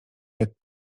jak